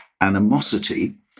animosity